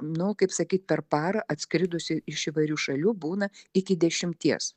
nu kaip sakyt per parą atskridusių iš įvairių šalių būna iki dešimties